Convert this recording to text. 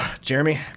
Jeremy